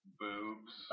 boobs